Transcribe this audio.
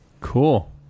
Cool